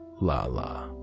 Lala